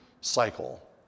cycle